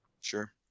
Sure